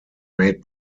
made